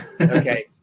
Okay